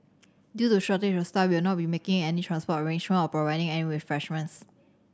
due to shortage of staff we will not be making any transport or providing any refreshments